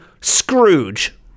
scrooge